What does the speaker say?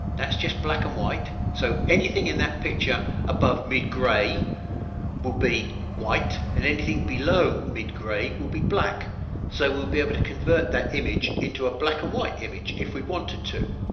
that's just black and white so anything in that picture above mid gray will be white and anything below mid gray will be black so be able to convert that image into a black and white image if we wanted to,